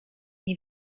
nie